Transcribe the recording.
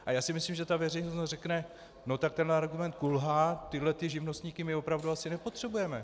A já si myslím, že ta veřejnost řekne, no tak tento argument kulhá, tyto živnostníky my opravdu asi nepotřebujeme.